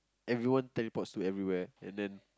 everyone teleports to everywhere